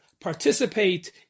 participate